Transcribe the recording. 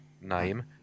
name